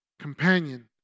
companion